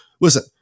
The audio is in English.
listen